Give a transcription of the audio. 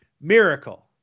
Miracle